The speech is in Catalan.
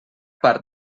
part